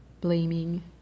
blaming